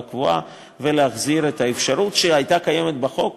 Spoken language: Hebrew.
קבועה ולהחזיר את האפשרות שהייתה קיימת בחוק,